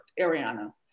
ariana